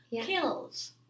kills